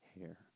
hair